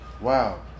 Wow